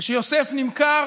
כשיוסף נמכר